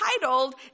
titled